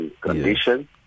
condition